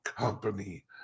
Company